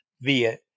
via